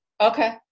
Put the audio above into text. Okay